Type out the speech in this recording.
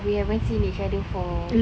we haven't seen each other for